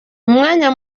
umwanya